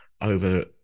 over